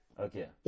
Okay